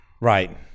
Right